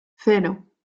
cero